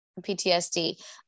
PTSD